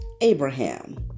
Abraham